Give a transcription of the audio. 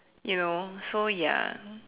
you know so ya